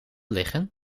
liggen